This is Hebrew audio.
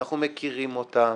ואנחנו מכירים אותן,